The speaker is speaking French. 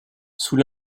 sous